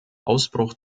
ausbruch